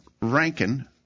Rankin